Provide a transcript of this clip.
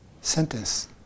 sentence